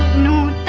new